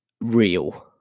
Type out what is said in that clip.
Real